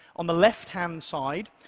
on the left-hand side,